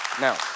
Now